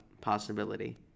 possibility